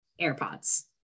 AirPods